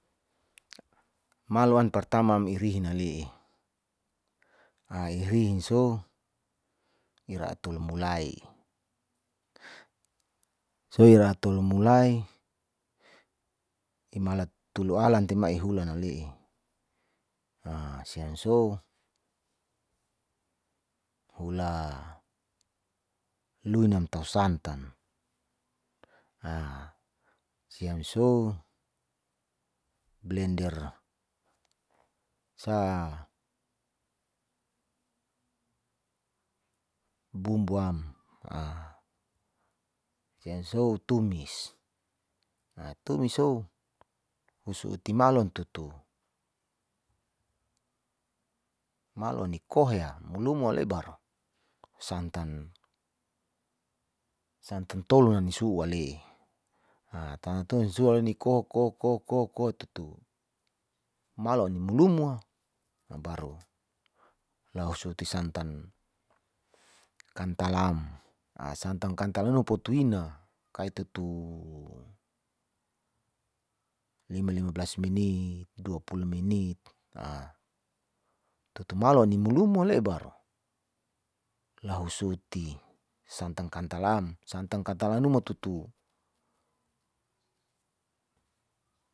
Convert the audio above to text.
Laholuat tutu kahara latumis bumbu am baru lahusute le uleta, lahusute uletam baru maluan santan caira ni su'u poto inai numa baru la hosote santang kantalama oh seseruma masa le'e jadi maloa ni mihulan naoh pokalo mau sia lapulai hulan komalahulan nasapa, jadi usiang kan kalo ibalajar komai ipulai.